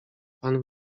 pan